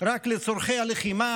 רק לצורכי הלחימה